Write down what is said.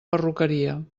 perruqueria